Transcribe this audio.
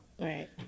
Right